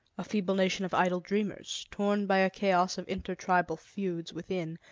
a feeble nation of idle dreamers, torn by a chaos of intertribal feuds within,